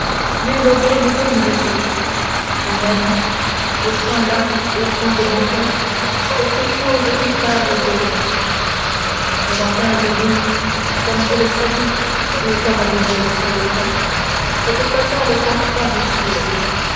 nul objet nouveau ne me touche et même je sens là au fond de mon coeur quelque chose qui parle pour vous mais dans quinze jours comme vous le savez ou comme vous ne le savez pas cette fatale campagne s'ouvre